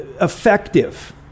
effective